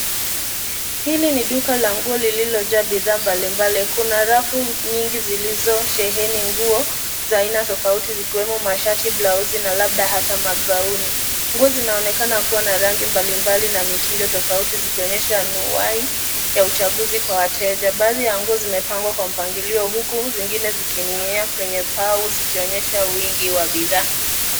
Hili ni duka la nguo lililojaa bidhaa mbalimbali ,kuna rafu nyingi zilizosheheni nguo za aina tofauti zikiwemo ;mashati, blausi na labda hata magauni. Nguo zinaonekana kuwa na rangi mbalimbali na mitindo tofauti zikionyesha nuai na uchaguzi kwa wateja. Baadhi ya nguo zimepangwa kwa mpangilio huku zingine zikininginia kwenye bao zikionyesha wingi wa bidhaa.